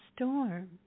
storm